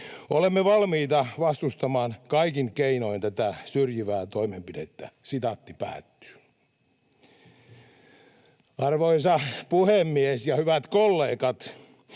Olemme valmiita vastustamaan kaikin keinoin tätä syrjivää toimenpidettä.” Arvoisa puhemies ja hyvät kollegat!